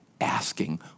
asking